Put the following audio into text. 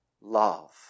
love